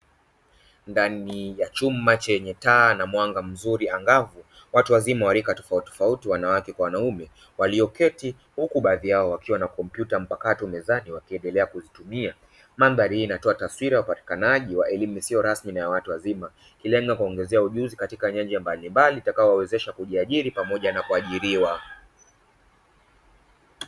Ndani ya chumba chenye taa na mwanga mzuri angavu. Watu wazima wa rika tofautitofauti wanawake kwa wanaume walioketi, huku baadhi yao wakiwa na kompyuta mpakato meza wakiendelea kuzitumia. Mandhari hii inatoa taswira ya upatikanaji wa elimu isiyo rasmi na ya watu wazima. Ikilenga kuwaongeza ujuzi katika nyanja mbalimbali utakaowawezesha kujiajiri pamoja na kuajiriwa.